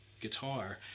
guitar